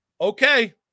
Okay